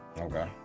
Okay